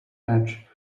edge